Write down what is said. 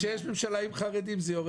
כשיש ממשלה עם חרדים זה יורד.